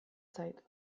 zait